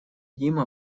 дима